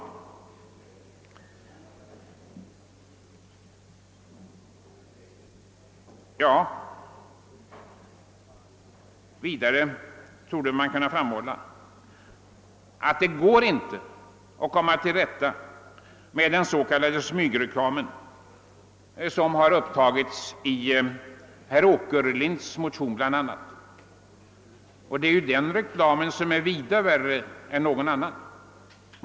Vidare torde man kunna framhålla att det inte går att komma till rätta med den s.k. smygreklamen, en fråga som har upptagits till behandling bl.a. i herr Åkerlinds motion. Denna reklam är många gånger vida värre än någon annan.